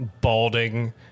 balding